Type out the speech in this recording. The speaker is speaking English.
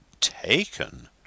Taken